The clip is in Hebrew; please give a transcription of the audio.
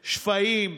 שפיים,